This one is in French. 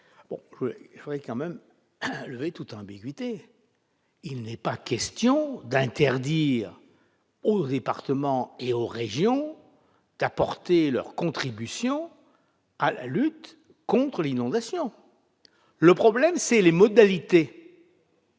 Je voudrais lever toute ambiguïté : il n'est pas question d'interdire aux départements et aux régions d'apporter leur contribution à la lutte contre l'inondation. Le problème porte sur les modalités.